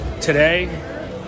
today